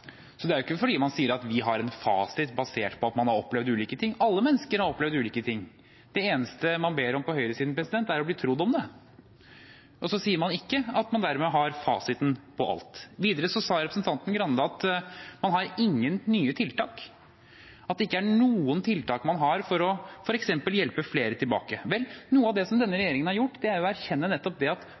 Det er ikke fordi man sier at vi har en fasit basert på at man har opplevd ulike ting. Alle mennesker har opplevd ulike ting. Det eneste man ber om på høyresiden, er å bli trodd på det, og så sier man ikke at man dermed har fasiten på alt. Videre sa representanten Grande at man ikke har noen nye tiltak, at man ikke har noen tiltak for f.eks. å hjelpe flere tilbake. Vel, noe av det denne regjeringen har gjort, er å erkjenne nettopp det at